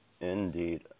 Indeed